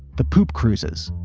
the poop cruises,